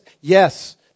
yes